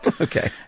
Okay